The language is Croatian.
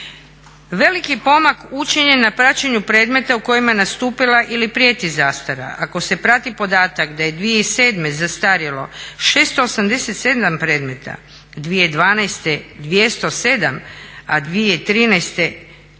Veliki pomak je učinjen na praćenju predmeta u kojima je nastupila ili prijeti zastara. Ako se prati podatak da je 2007. zastarjelo 687 predmeta, 2012. 207 a i 2013. 58